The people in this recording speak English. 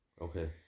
Okay